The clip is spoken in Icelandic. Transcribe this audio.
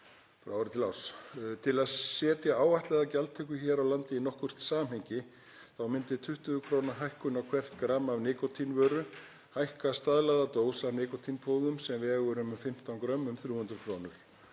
frá ári til árs. Til að setja áætlaða gjaldtöku hér á landi í nokkurt samhengi myndi 20 kr. hækkun á hvert gramm af nikótínvöru hækka staðlaða dós af nikótínpúðum, sem vegur um 15 gr. um 300 kr.